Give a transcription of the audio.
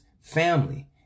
family